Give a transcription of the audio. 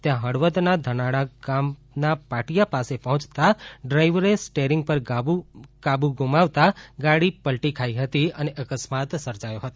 ત્યાં હળવદના ધનાળા ગામના પાટીયા પાસે પહોયતા ડ્રાઇવરે સ્ટેરીંગ પર કાબુ ગુમાવતા ગાડી પલ્ટી ખાઇ ગઇ હતી અને અકસ્માત સર્જાયો હતો